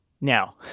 Now